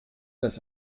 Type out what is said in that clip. das